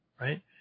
right